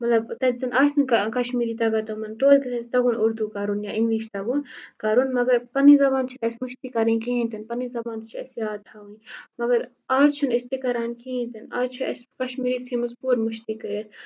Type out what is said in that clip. مطلب تَتہِ زَن آسہِ نہٕ کشمیری تَگان تمَن توتہِ گَژھِ تَگُن اردوٗ کَرُن یا اِنگلِش تَگُن کَرُن مگر پَنٕنۍ زبان چھَنہٕ اَسہِ مٔشتی کَرٕنۍ کِہیٖنۍ تِنہٕ پَنٕنۍ زبان تہِ چھِ اَسہِ یاد تھاوٕنۍ مگر آز چھِنہٕ أسۍ تہِ کَران کِہینۍ آز چھِ اَسہِ کشمیری ژھٕنہِ مٕژ پوٗرٕ مٔشتی کٔرِتھ